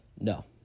No